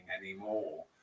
anymore